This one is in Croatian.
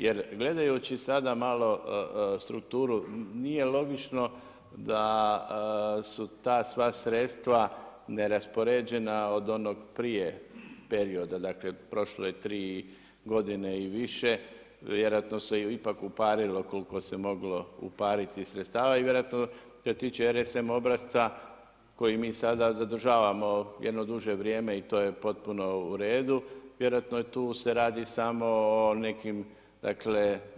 Jer gledajući sada malo strukturu nije logično da su ta sva sredstva neraspoređena od onog prije perioda, dakle prošlo je tri godine i više, vjerojatno se ipak uparilo koliko se moglo upariti sredstava i vjerojatno što se tiče RSM obrasca koji mi sada zadužavamo jedno duže vrijeme i to je potpuno uredu, vjerojatno tu se radi samo o nekim